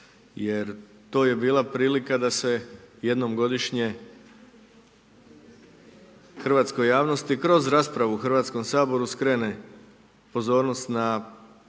Jer, to je bila prilika, da se jednom godišnje, hrvatskoj javnosti, kroz raspravu u Hrvatskom saboru, skrene pozornost na